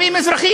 רק בישראל.